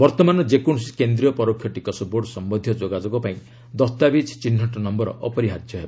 ବର୍ତ୍ତମାନ ଯେକୌଣସି କେନ୍ଦ୍ରୀୟ ପରୋକ୍ଷ ଟିକସ ବୋର୍ଡ ସମ୍ଭନ୍ଧୀୟ ଯୋଗାଯୋଗ ପାଇଁ ଦସ୍ତାବିଜ ଚିହ୍ନଟ ନମ୍ଘର ଅପରିହାର୍ଯ୍ୟ ହେବ